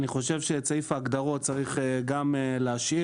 אני חושב שאת סעיף ההגדרות צריך גם להשאיר,